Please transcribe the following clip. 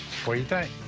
what do you think?